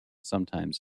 sometimes